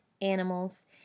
animals